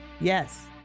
Yes